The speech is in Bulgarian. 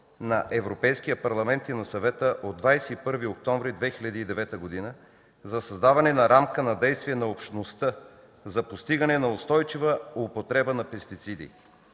на Европейския парламент и на Съвета от 21 октомври 2009 г. за създаване на рамка за действие на Общността за постигане на устойчива употреба на пестициди.